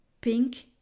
pink